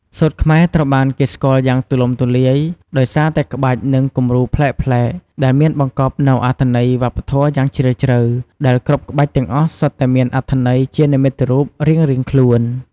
សូត្រខ្មែរត្រូវបានគេស្គាល់យ៉ាងទូលំទូលាយ ដោយសារតែក្បាច់ និងគំនូរប្លែកៗ ដែលមានបង្កប់នូវអត្ថន័យវប្បធម៌យ៉ាងជ្រាលជ្រៅ ដែលគ្រប់ក្បាច់ទាំងអស់សុទ្ធតែមានអត្ថន័យជានិមិត្តរូបរៀងៗខ្លួន។